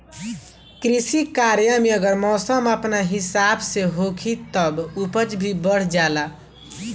कृषि कार्य में अगर मौसम अपना हिसाब से होखी तब उपज भी बढ़ जाला